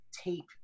tape